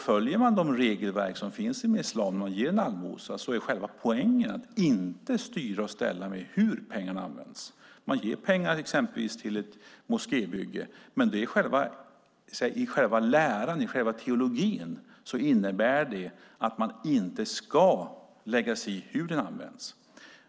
Följer man de regelverk som finns inom islam när det gäller att ge en allmosa är själva poängen att man inte ska styra och ställa med hur pengarna används. Man ger pengar exempelvis till ett moskébygge, men i själva läran, teologin, betyder det att man inte ska lägga sig i hur den används.